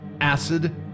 Acid